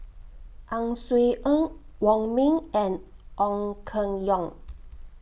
Ang Swee Aun Wong Ming and Ong Keng Yong